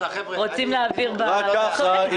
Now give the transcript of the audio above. רק ככה,